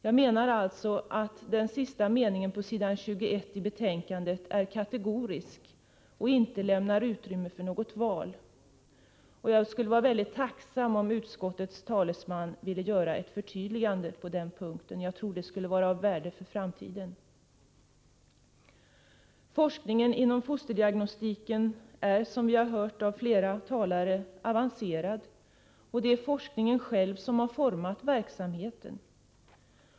Jag menar alltså att den sista meningen på s. 21 i betänkandet är kategorisk och inte lämnar utrymme för något val. Jag skulle vara mycket tacksam om utskottets talesman ville göra ett förtydligande på denna punkt, därför att jag tror att det skulle vara av värde för framtiden. Forskningen inom fosterdiagnostiken är — som vi har hört av flera talare — avancerad, och det är forskningen själv som har format verksamheten.